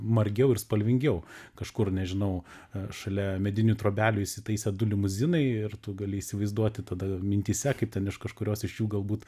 margiau ir spalvingiau kažkur nežinau ar šalia medinių trobelių įsitaisę du limuzinai ir tu gali įsivaizduoti tada mintyse kaip ten iš kažkurios iš jų galbūt